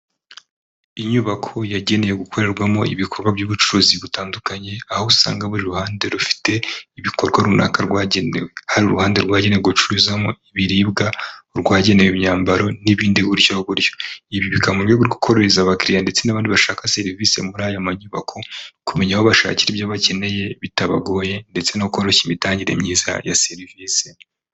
Inyubako yagenewe gukorerwamo ibikorwa by'ubucuruzi butandukanye aho usanga buri ruhande rufite ibikorwa runaka rwagenewe hari uruhande rwagenewe gucuruzamo ibiribwa, urwagenewe imyambaro n'ibindi gutyo gutyo ibi bikaba bikorwa mu buryo bwo kororeza abakiriya ndetse n'abandi bashaka serivisi muri iyi nyubako kumenya aho bashakira ibyo bakeneye bitabagoye ndetse no koroshya imitangire myiza ya serivisi.